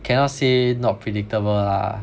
cannot say not predictable lah